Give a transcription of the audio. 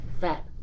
fat